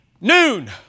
noon